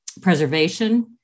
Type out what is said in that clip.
preservation